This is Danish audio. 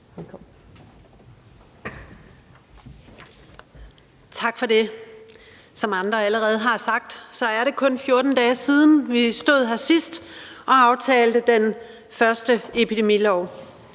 Tak for det. Som andre allerede har sagt, er det, kun 14 dage siden vi stod her sidst og aftalte den første epidemilov.